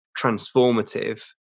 transformative